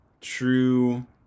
true